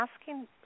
asking